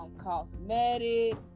Cosmetics